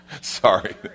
Sorry